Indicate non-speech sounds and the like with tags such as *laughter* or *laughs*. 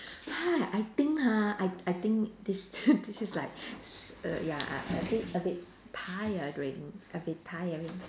ha I think ha I I think this *laughs* this is like err ya uh a bit a bit tiring a bit tiring